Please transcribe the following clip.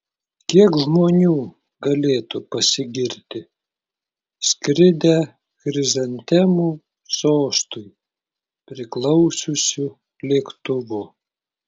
kiek žmonių galėtų pasigirti skridę chrizantemų sostui priklausiusiu lėktuvu